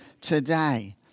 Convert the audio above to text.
today